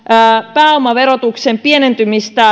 pääomaverotuksen pienentyminen